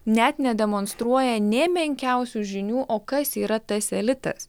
net nedemonstruoja nė menkiausių žinių o kas yra tas elitas